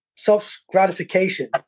self-gratification